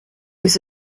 was